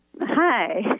Hi